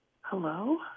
Hello